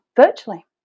virtually